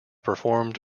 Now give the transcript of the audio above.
performed